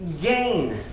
gain